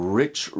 rich